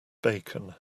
bacon